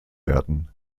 werden